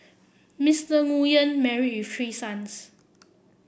Mister Nguyen marry with three sons